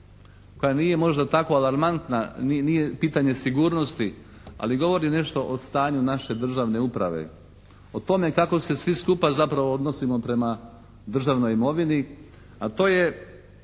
koja nije možda tako alarmantna, nije pitanje sigurnosti ali govori nešto o stanju naše državne uprave. O tome kako se svi skupa zapravo odnosimo prema državnoj imovini a to je